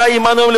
החי עמנו היום,